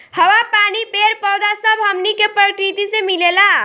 हवा, पानी, पेड़ पौधा सब हमनी के प्रकृति से मिलेला